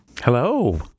Hello